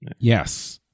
Yes